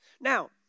Now